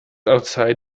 outside